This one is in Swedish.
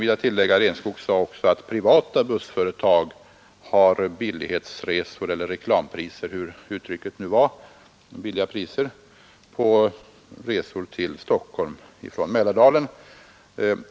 Herr Enskog sade att privata bussföretag har billighetsresor eller reklamresor — vilket uttrycket nu var — till Stockholm från Mälardalen.